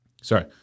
Sorry